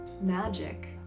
magic